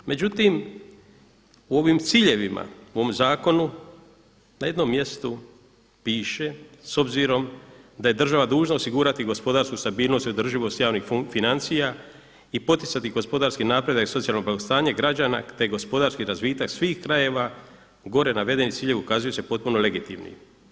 Međutim, u ovim ciljevima u ovom zakonu na jednom mjestu piše, s obzirom da je država dužna osigurati gospodarsku stabilnost i održivost javnih financija i poticati gospodarski napredak i socijalno blagostanje građana te gospodarski razvitak svih krajeva, gore navedeni ciljevi ukazuju se potpuno legitimni.